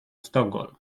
stockholm